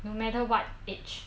no matter what age